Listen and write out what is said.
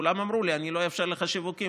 כולם אמרו לי: אני לא אאפשר לך שיווקים,